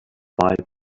bye